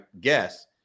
guess